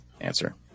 answer